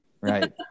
Right